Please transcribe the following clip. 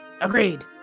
agreed